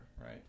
right